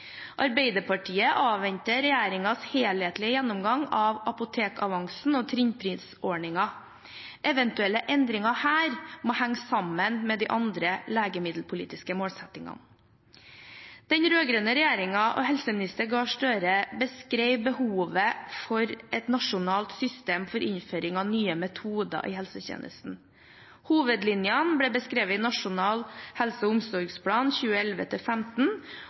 Arbeiderpartiet avventer regjeringens helhetlige gjennomgang av apotekavansen og trinnprisordningen. Eventuelle endringer her må henge sammen med de andre legemiddelpolitiske målsettingene. Den rød-grønne regjeringen og daværende helseminister Gahr Støre beskrev behovet for et nasjonalt system for innføring av nye metoder i helsetjenesten. Hovedlinjene ble beskrevet i Nasjonal helse- og omsorgsplan